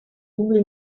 double